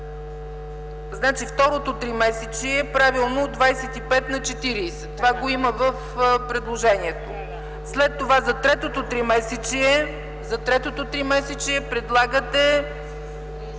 2, второто тримесечие – от 25 на 40. Това го има в предложението. След това за третото тримесечие предлагате